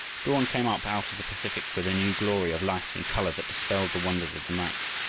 dawn came up out of the pacific with a new glory of light and color that dispelled the wonders of the night.